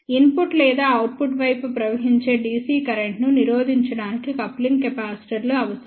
input లేదా output వైపు ప్రవహించే DC కరెంట్ను నిరోధించడానికి కప్లింగ్ కెపాసిటర్లు అవసరం